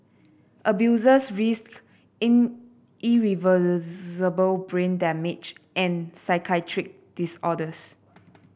abusers risked in irreversible brain damage and psychiatric disorders